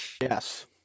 yes